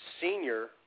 Senior